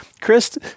Chris